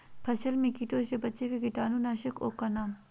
फसल में कीटों से बचे के कीटाणु नाशक ओं का नाम?